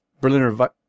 Berliner